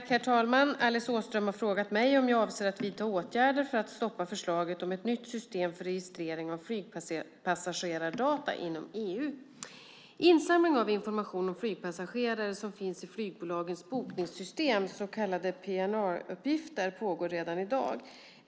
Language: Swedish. Herr talman! Alice Åström har frågat mig om jag avser att vidta åtgärder för att stoppa förslaget om ett nytt system för registrering av flygpassagerardata inom EU. Insamling av information om flygpassagerare som finns i flygbolagens bokningssystem, så kallade PNR-uppgifter, pågår redan i dag.